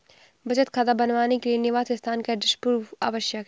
बचत खाता बनवाने के लिए निवास स्थान का एड्रेस प्रूफ आवश्यक है